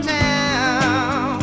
town